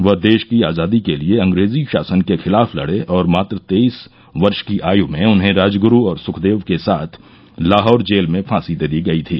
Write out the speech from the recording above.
वह देश की आजादी के लिए अंग्रेजी शासन के खिलाफ लड़े और मात्र तेईस वर्ष की आय् में उन्हें राजगुरू और सुखदेव के साथ लाहौर जेल में फांसी दे दी गई थी